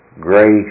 grace